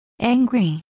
angry